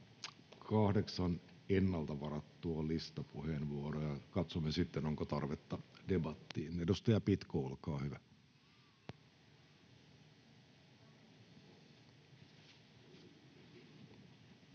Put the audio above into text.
kahdeksan ennalta varattua listapuheenvuoroa ja katsomme sitten, onko tarvetta debattiin. — Edustaja Pitko, olkaa hyvä.